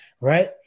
right